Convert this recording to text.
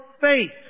faith